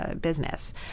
business